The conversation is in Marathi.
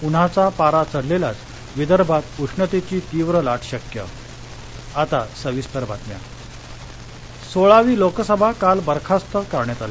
उन्हाचा पारा चढलेलाच विदर्भात उष्णतेची तीव्र लाट शक्य पंतप्रधान सोळावी लोकसभा काल बरखास्तकरण्यात आली